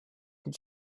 did